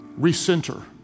recenter